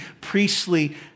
priestly